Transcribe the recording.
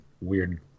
weird